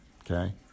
Okay